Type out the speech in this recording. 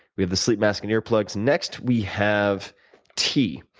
we have the sleep mask and ear plugs. next we have tea.